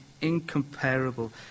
incomparable